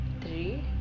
three